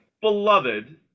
beloved